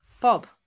Bob